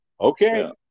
okay